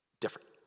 different